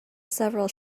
several